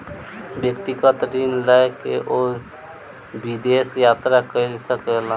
व्यक्तिगत ऋण लय के ओ विदेश यात्रा कय सकला